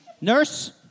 Nurse